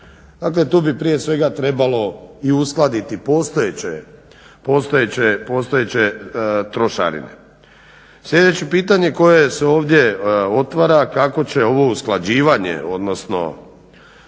Dakle tu bi prije svega trebalo i uskladiti postojeće trošarine. Sljedeće pitanje koje se ovdje otvara kako će ovo usklađivanje odnosno